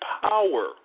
power